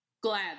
glad